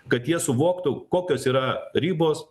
kad jie suvoktų kokios yra ribos